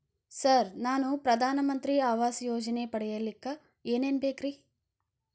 Sir ನಾನು ಪ್ರಧಾನ ಮಂತ್ರಿ ಆವಾಸ್ ಯೋಜನೆ ಪಡಿಯಲ್ಲಿಕ್ಕ್ ಏನ್ ಏನ್ ಬೇಕ್ರಿ?